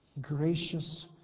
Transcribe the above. gracious